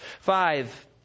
Five